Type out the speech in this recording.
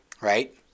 Right